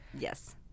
Yes